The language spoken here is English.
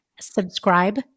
subscribe